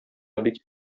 бик